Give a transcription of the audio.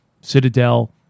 citadel